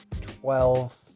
twelve